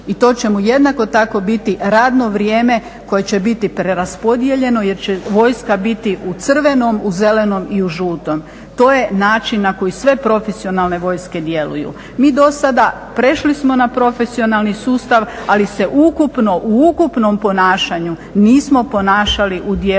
i to će mu jednako tako biti radno vrijeme koje će biti preraspodijeljeno jer će vojska biti u crvenom, u zelenom i u žutom. To je način na koji sve profesionalne vojske djeluju. Mi do sada prešli smo na profesionalni sustav, ali se ukupno u ukupnom ponašanju nismo ponašali u dijelu